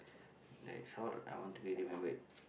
like some I want to be remembered